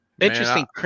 interesting